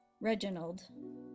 Reginald